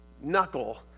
knuckle